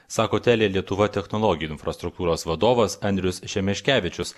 sako telia lietuva technologijų infrastruktūros vadovas andrius šemeškevičius